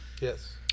Yes